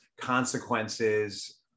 consequences